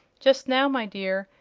just now, my dear,